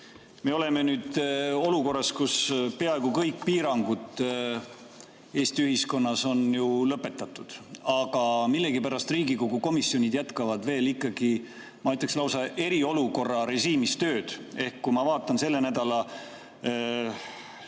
me oleme nüüd olukorras, kus peaaegu kõik piirangud Eesti ühiskonnas on lõpetatud, aga millegipärast Riigikogu komisjonid jätkavad ikka, ma ütleks lausa, eriolukorra režiimis tööd. Kui ma vaatan selle nädala